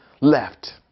left